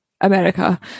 America